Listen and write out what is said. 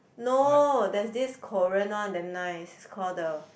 no there's this Korean one damn nice call the